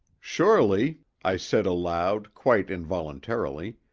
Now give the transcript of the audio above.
surely, i said aloud, quite involuntarily,